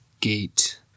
Gate